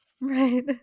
Right